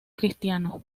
cristiano